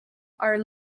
are